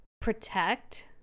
protect